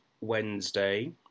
Wednesday